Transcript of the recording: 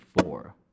four